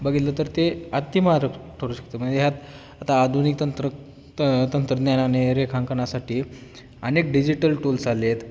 बघितलं तर ते अतिमारक ठरू शकते म्हणजे ह्यात आता आधुनिक तंत्र त तंत्रज्ञानाने रेखांकनासाठी अनेक डिजिटल टूल्स आले आहेत